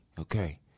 okay